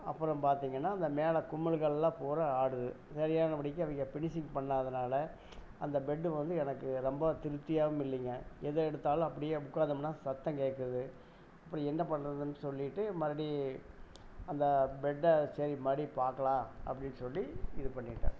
அப்புறம் பார்த்தீங்கன்னா அந்த மேலே குழிழ்கள்லாம் பூரா ஆடுது சரியானப்படிக்கு அந்த ஃபினிஷிங் பண்ணாதனால அந்த பெட்டு வந்து எனக்கு ரொம்ப திருப்தியாவும் இல்லிங்க எதை எடுத்தாலும் அப்படியே உட்காந்தோம்ன்னா சத்தம் கேட்டுகுது அப்படி என்ன பண்ணுறதுன்னு சொல்லிவிட்டு மறுபடி அந்த பெட்டை சரி மறுபடி பார்க்கலாம் அப்படின்னு சொல்லி இது பண்ணிவிட்டேன்